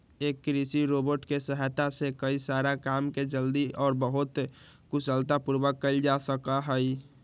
एक कृषि रोबोट के सहायता से कई सारा काम के जल्दी और बहुत कुशलता पूर्वक कइल जा सका हई